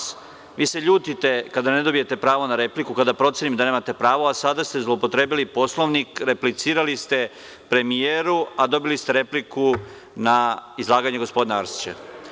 To se vidi…) Gospodine Šutanovac, vi se ljutite kada ne dobijete pravo na repliku, kada procenim da nemate pravo, a sada ste zloupotrebili Poslovnik, replicirali ste premijeru, a dobili ste repliku na izlaganje gospodina Arsića.